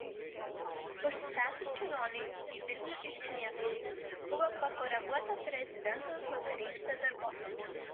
užsitęsus kelionei į vilnių iš gniezno buvo pakoreguota prezidento vakarykštė darbotvarkė